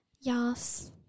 yes